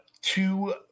two